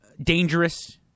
dangerous